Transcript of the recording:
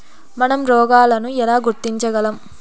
మనం రోగాలను ఎలా గుర్తించగలం?